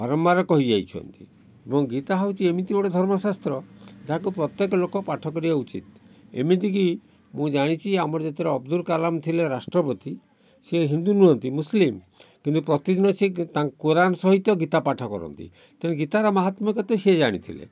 ବାରମ୍ବାର କହିଯାଇଛନ୍ତି ଏବଂ ଗୀତା ହେଉଛି ଏମିତି ଗୋଟେ ଧର୍ମଶାସ୍ତ୍ର ଯାହାକୁ ପ୍ରତ୍ୟେକ ଲୋକ ପାଠ କରିବା ଉଚିତ ଏମିତିକି ମୁଁ ଜାଣିଛି ଆମର ଯେତେବେଳେ ଆମର ଅବଦୁଲ କାଲାମ୍ ଥିଲେ ରାଷ୍ଟ୍ରପତି ସେ ହିନ୍ଦୁ ନୁହଁନ୍ତି ମୁସଲିମ୍ କିନ୍ତୁ ପ୍ରତିଦିନ ସେ ତାଙ୍କ କୋରାନ୍ ସହିତ ଗୀତା ପାଠ କରନ୍ତି ତେଣୁ ଗୀତାର ମାହାତ୍ମ୍ୟ କେତେ ସେ ଜାଣିଥିଲେ